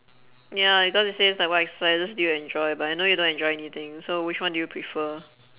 ya because it says like what exercises do you enjoy but I know you don't enjoy anything so which one do you prefer